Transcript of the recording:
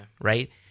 Right